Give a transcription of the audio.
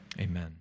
Amen